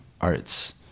arts